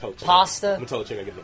Pasta